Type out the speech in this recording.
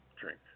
drink